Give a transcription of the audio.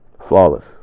flawless